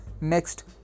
next